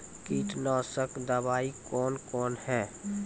कीटनासक दवाई कौन कौन हैं?